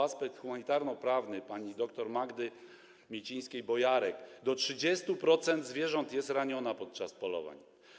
Aspekt humanitarno-prawny” dr Magdaleny Micińskiej-Bojarek do 30% zwierząt jest ranionych podczas polowań.